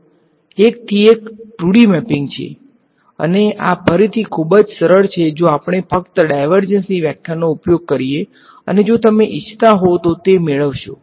તેથી તે આ ડાયવર્જન્સ થીયરમનુ એકથી એક 2D મેપિંગ છે અને આ ફરીથી ખૂબ જ સરળ છે જો આપણે ફક્ત ડાયવર્જન્સની વ્યાખ્યાનો ઉપયોગ કરીએ અને જો તમે ઇચ્છતા હોવ તો તે મેળવશો